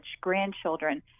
grandchildren